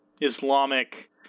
Islamic